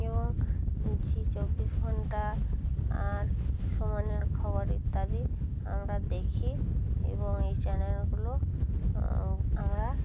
এবং জি চব্বিশ ঘন্টা আর সুমনের খবর ইত্যাদি আমরা দেখি এবং এই চ্যানেলগুলো আমরা